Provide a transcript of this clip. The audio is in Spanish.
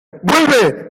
vuelve